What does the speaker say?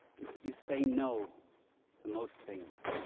is that you say no to most things.